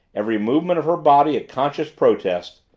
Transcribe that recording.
every movement of her body a conscious protest,